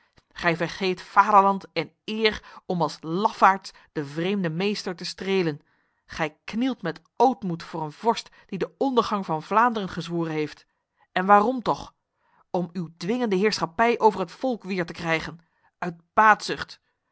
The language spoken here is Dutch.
gij vergeet vaderland en eer om als lafaards de vreemde meester te strelen gij knielt met ootmoed voor een vorst die de ondergang van vlaanderen gezworen heeft en waarom toch om uw dwingende heerschappij over het volk weer te krijgen uit